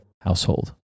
household